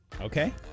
Okay